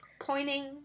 pointing